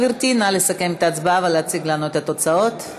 גברתי, נא לסכם את ההצבעה ולהציג לנו את התוצאות.